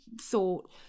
thought